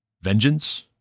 vengeance